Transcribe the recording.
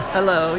Hello